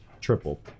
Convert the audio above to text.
triple